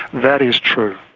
that is true.